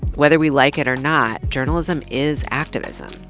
whether we like it or not, journalism is activism.